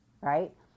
right